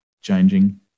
changing